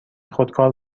خودکار